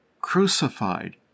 crucified